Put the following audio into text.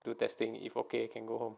do testing if okay can go home